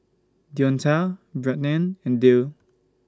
Deonta Brianne and Dale